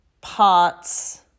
parts